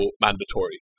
mandatory